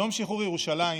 יום שחרור ירושלים